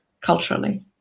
culturally